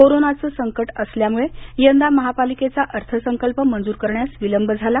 कोरोनाचे संकट आल्यामुळे यंदा महापालिकेचा अर्थसंकल्प मंजुर करण्यास विलंब झाला